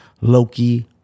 loki